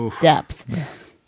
depth